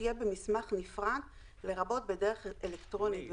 תהיה במסמך נפרד לרבות בדרך אלקטרונית".